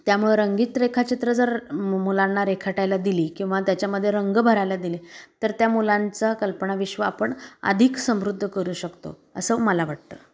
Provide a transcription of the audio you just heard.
त्यामुळं रंगीत रेखाचित्र जर मुलांना रेखाटायला दिली किंवा त्याच्यामध्ये रंग भरायला दिले तर त्या मुलांचं कल्पनाविश्व आपण अधिक समृद्ध करू शकतो असं मला वाटतं